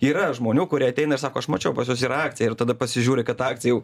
yra žmonių kurie ateina ir sako aš mačiau pas jus yra akcija ir tada pasižiūri kad akcija jau